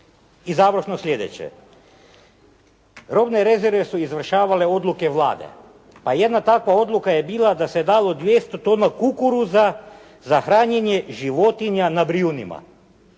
I završno sljedeće. Robne rezerve su izvršavale odluke Vlade, a jedna takva odluka je bila da se dalo 200 tona kukuruza za hranjenje životinja na Brijunima.